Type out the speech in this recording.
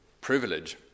privilege